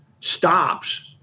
stops